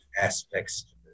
aspects